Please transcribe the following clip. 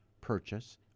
purchase